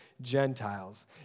Gentiles